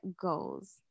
goals